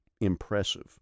impressive